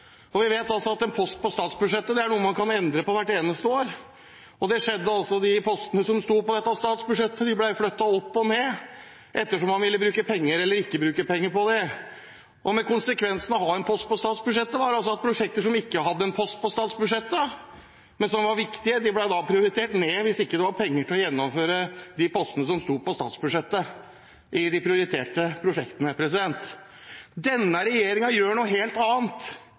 prosjektene. Vi vet også at en post på statsbudsjettet er noe man kan endre på hvert eneste år, og det skjedde også. De postene som sto på dette statsbudsjettet, ble flyttet opp og ned etter som man ville bruke penger eller ikke bruke penger på det. Konsekvensen av å ha en post på statsbudsjettet var altså at prosjekter som ikke hadde en post på statsbudsjettet, men som var viktige, da ble prioritert ned hvis det ikke var penger til å gjennomføre de postene som sto på statsbudsjettet i de prioriterte prosjektene. Denne regjeringen gjør noe helt annet.